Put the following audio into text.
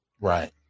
Right